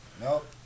Nope